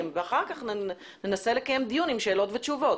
ואחר כך ננסה לקיים דיון עם שאלות ותשובות.